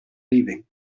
leaving